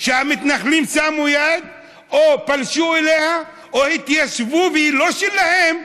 שהמתנחלים שמו יד או פלשו אליה או התיישבו והיא לא שלהם?